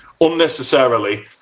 unnecessarily